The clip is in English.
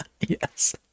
Yes